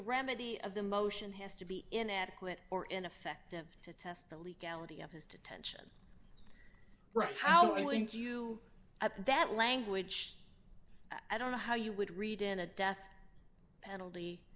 remedy of the motion has to be inadequate or ineffective to test the legality of his detention right how i link you up that language i don't know how you would read in a death penalty